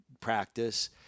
practice